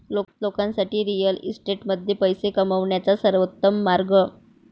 लोकांसाठी रिअल इस्टेटमध्ये पैसे कमवण्याचा सर्वोत्तम मार्ग